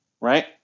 right